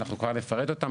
אנחנו כבר נפרט אותן.